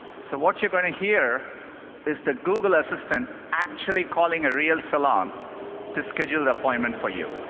so, what you're going to hear is the google assistant actually calling a real salon to schedule an appointment for you.